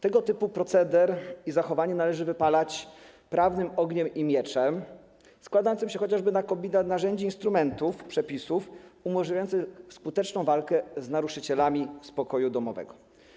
Tego typu proceder i zachowanie należy wypalać prawnym ogniem i mieczem składającym się chociażby na kombinat narzędzi i instrumentów, przepisów umożliwiających skuteczną walkę z naruszycielami spokoju domowego.